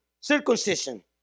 circumcision